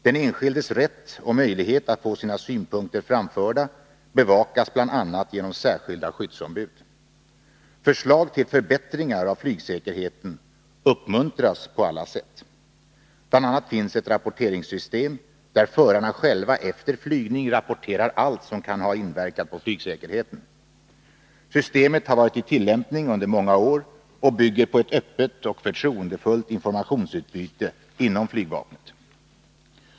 Den enskildes rätt och möjlighet att få sina synpunkter framförda bevakas bl.a. genom särskilda skyddsombud. Förslag till förbättringar av flygsäkerheten uppmuntras på alla sätt. Bl. a. finns ett rapporteringssystem där förarna själva efter flygning rapporterar allt som kan ha inverkat på flygsäkerheten. Systemet har varit i tillämpning under många år och bygger på ett öppet och förtroendefullt informationsutbyte inom flygvapnet.